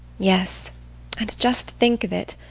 yes and, just think of it,